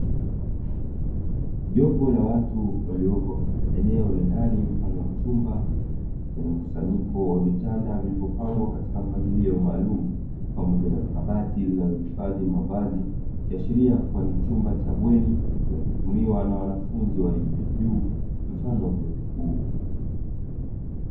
Jopo la watu waliopo katika eneo la ndani mfano wa chumba, kwenye mkusanyiko wa vitanda vilivyopangwa katika mpangilio maalumu pamoja na kabati linalohifadhi mavazi. Ikiashiria kuwa ni chumba cha bweni kinachotumiwa na wanafunzi wa elimu ya juu, mfano wa vyuo vikuu.